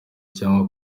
cyangwa